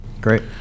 great